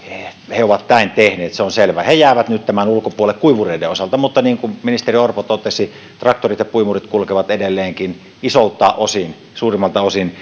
he ovat näin tehneet se on selvää he jäävät nyt tämän ulkopuolelle kuivureiden osalta mutta niin kuin ministeri orpo totesi traktorit ja puimurit kulkevat edelleenkin isolta osin suurimmalta osin